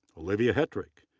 olivia hetrick,